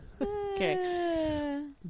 Okay